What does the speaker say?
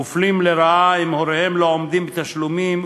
מופלים לרעה אם הוריהם לא עומדים בתשלומים,